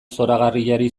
zoragarriari